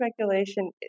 regulation